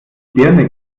birne